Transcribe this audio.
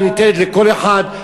היא ניתנת לכל אחד,